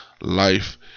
life